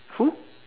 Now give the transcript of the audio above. who